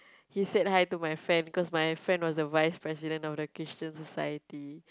he said hi to my friend cause my friend was the vice president of the Christian society